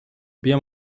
بیا